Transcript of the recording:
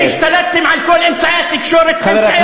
אתם השתלטתם על כל אמצעי התקשורת כאמצעי הפחדה,